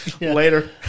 Later